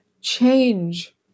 change